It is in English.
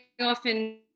often